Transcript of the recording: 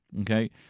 Okay